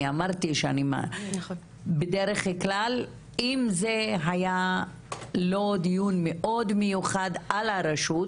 אני אמרתי שאם זה לא היה דיון מאוד מיוחד על הרשות,